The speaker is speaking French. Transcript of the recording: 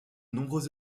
nombreux